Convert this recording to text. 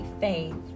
faith